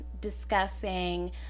discussing